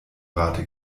rate